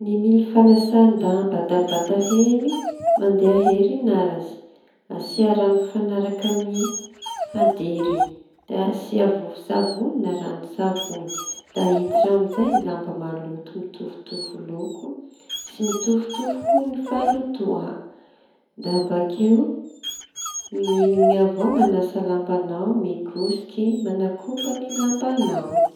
Ny mili fanasan-damba da vata hely mandeha herinaratsy asia rano mifanaraky amin'ny hadiriñy da asia vovon-tsavony na rano-tsavony. Da aiditry ao amizay ny lamba maloto mitovitovy loko sy mitovitovy koa ny falotoa da bakeo miliñy iñy avao no mikosoky manakoban'ny lambañao.